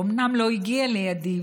אומנם לא הגיע לידי,